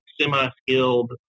semi-skilled